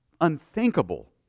unthinkable